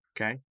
okay